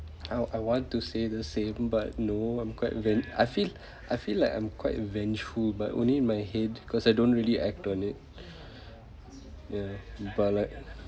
I I want to say the same but no I'm quite venge~ I feel I feel like I'm quite vengeful but only in my head cause I don't really act on it ya but like